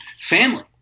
family